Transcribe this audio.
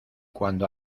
cuando